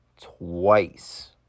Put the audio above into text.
twice